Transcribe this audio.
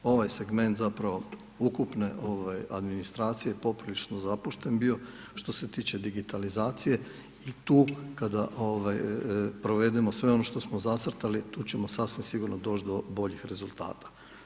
Ovaj segment zapravo ukupne ovaj administracije poprilično zapušten bio što se tiče digitalizacije i tu kada ovaj provedemo sve ono što smo zacrtali tu ćemo sasvim sigurno doći do boljih rezultata.